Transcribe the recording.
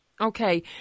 Okay